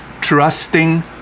Trusting